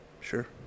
Sure